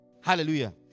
Hallelujah